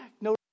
No